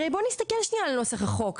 הרי בוא נסתכל שניה על נוסח החוק,